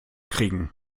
kriegen